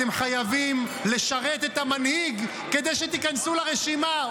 אתם חייבים לשרת את המנהיג כדי שתיכנסו לרשימה,